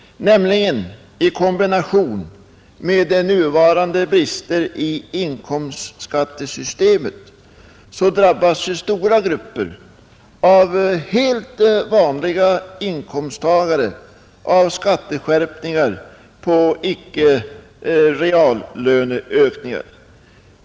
Med nuvarande brister i inkomstskattesystemet drabbas stora grupper av helt vanliga inkomsttagare av skatteskärpningar på icke reallöneökningar.